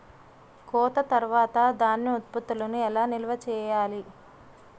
కోత తర్వాత ధాన్యం ఉత్పత్తులను ఎలా నిల్వ చేయాలి?